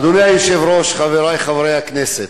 אדוני היושב-ראש, חברי חברי הכנסת,